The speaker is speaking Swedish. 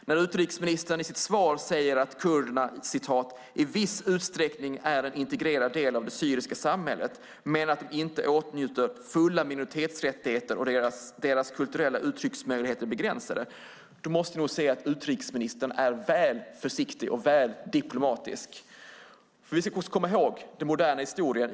När utrikesministern i sitt svar säger att kurderna i viss utsträckning är en integrerad del av det syriska samhället men att de inte åtnjuter fulla minoritetsrättigheter och att deras kulturella uttrycksmöjligheter är begränsade är utrikesministern väl försiktig och väl diplomatisk. Låt oss komma ihåg Syriens moderna historia.